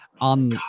on